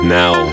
now